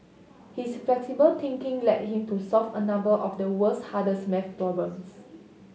his flexible thinking led him to solve a number of the world's hardest maths problems